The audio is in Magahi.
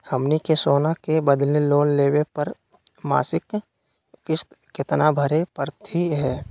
हमनी के सोना के बदले लोन लेवे पर मासिक किस्त केतना भरै परतही हे?